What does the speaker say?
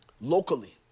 locally